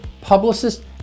publicist